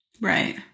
Right